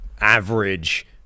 average